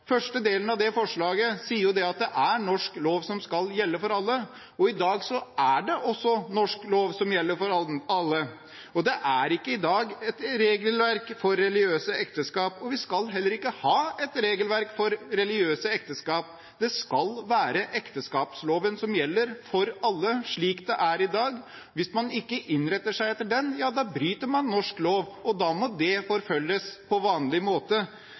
Første delen av det forslaget sier at det er norsk lov som skal gjelde for alle, og i dag er det også norsk lov som gjelder for alle. Det er ikke i dag et regelverk for religiøse ekteskap, og vi skal heller ikke ha et regelverk for religiøse ekteskap. Det skal være ekteskapsloven som gjelder for alle – slik det er i dag. Hvis man ikke innretter seg etter den, ja, da bryter man norsk lov, og da må det forfølges på vanlig måte.